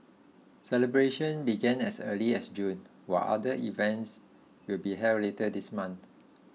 celebrations began as early as June while other events will be held later this month